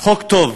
החוק טוב,